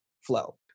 flow